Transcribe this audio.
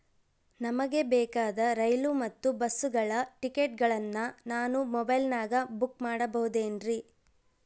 ನಮಗೆ ಬೇಕಾದ ರೈಲು ಮತ್ತ ಬಸ್ಸುಗಳ ಟಿಕೆಟುಗಳನ್ನ ನಾನು ಮೊಬೈಲಿನಾಗ ಬುಕ್ ಮಾಡಬಹುದೇನ್ರಿ?